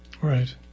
Right